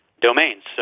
domains